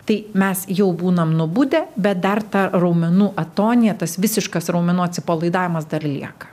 tai mes jau būnam nubudę bet dar ta raumenų atonija tas visiškas raumenų atsipalaidavimas dar lieka